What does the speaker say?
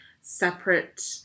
separate